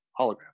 hologram